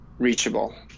Reachable